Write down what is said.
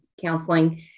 counseling